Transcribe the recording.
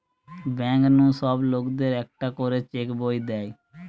bank নু সব লোকদের কে একটা করে চেক বই দে